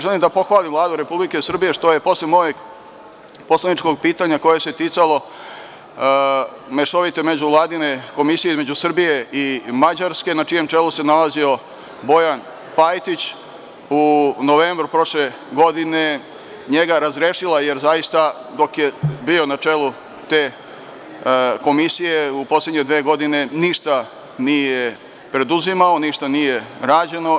Želim da pohvalim Vladu Republike Srbije što je posle mog poslaničkog pitanja koje se ticalo mešovite, međuvladine komisije između Srbije i Mađarske, na čijem čelu se nalazio Bojan Pajtić, u novembru prošle godine, njega razrešila, jer zaista dok je bio na čelu te komisije u poslednje dve godine ništa nije preduzimao, ništa nije rađeno.